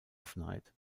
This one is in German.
offenheit